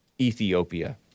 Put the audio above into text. Ethiopia